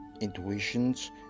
intuitions